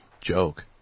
joke